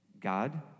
God